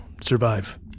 survive